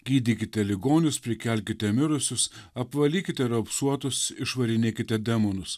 gydykite ligonius prikelkite mirusius apvalykite raupsuotus išvarinėkite demonus